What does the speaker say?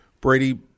Brady